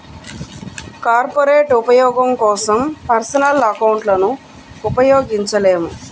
corporate ఉపయోగం కోసం personal అకౌంట్లను ఉపయోగించలేము